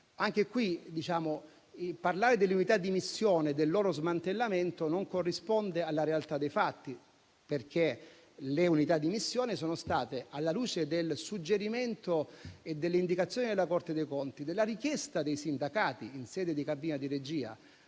caso, parlare delle unità di missione e del loro smantellamento non corrisponde alla realtà dei fatti perché, alla luce del suggerimento e dell'indicazione della Corte dei conti e della richiesta dei sindacati in sede di cabina di regia